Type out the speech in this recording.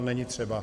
Není třeba.